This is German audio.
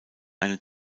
eine